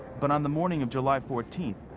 but on the morning of july fourteenth,